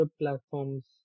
platforms